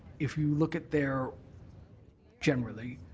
if you look at their generally,